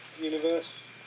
universe